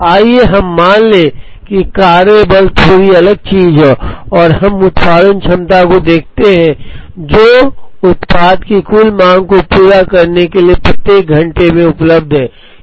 आइए हम मान लें कि कार्य बल थोड़ी अलग चीज है और हम उत्पादन क्षमता को देखते हैं जो उत्पाद की कुल मांग को पूरा करने के लिए प्रत्येक घंटे में उपलब्ध है